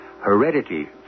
Heredity